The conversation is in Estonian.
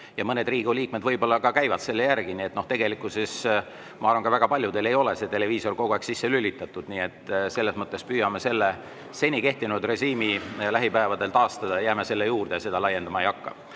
ja mõned Riigikogu liikmed võib-olla ka käivad selle järgi. Ma arvan, et tegelikkuses väga paljudel ei ole televiisor kogu aeg sisse lülitatud, nii et selles mõttes püüame selle seni kehtinud režiimi lähipäevadel taastada ja jääme selle juurde, seda laiendama ei hakka. Aga